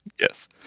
Yes